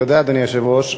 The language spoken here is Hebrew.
אדוני היושב-ראש,